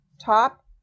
top